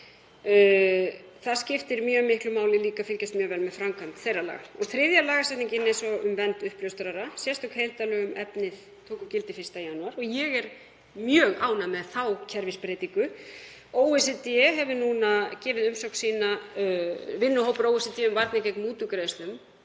Það skiptir mjög miklu máli líka að fylgjast mjög vel með framkvæmd þeirra laga. Þriðja lagasetningin er svo um vernd uppljóstrara. Sérstök heildarlög um efnið tóku gildi 1. janúar og ég er mjög ánægð með þá kerfisbreytingu. OECD hefur nú gefið umsögn sína, vinnuhópur OECD um varnir gegn mútugreiðslum,